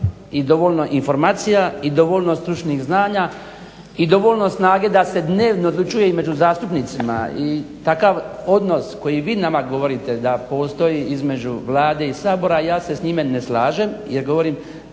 i dovoljno informacija i dovoljno stručnih znanja i dovoljno snage da se dnevno odlučuje i među zastupnicima. I takav odnos koji vi nama govorite da postoji između Vlade i Sabora ja se s njime ne slažem jer govorim,